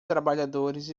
trabalhadores